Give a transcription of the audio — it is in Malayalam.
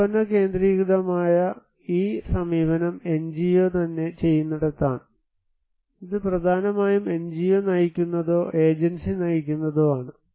ഉൽപ്പന്ന കേന്ദ്രീകൃതമായ ഈ സമീപനം എൻജിഒ തന്നെ ചെയ്യുന്നിടത്താണ് ഇത് പ്രധാനമായും എൻജിഒ നയിക്കുന്നതോ ഏജൻസി നയിക്കുന്നതോ ആണ്